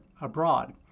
abroad